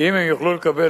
אם הם יוכלו לקבל